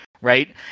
right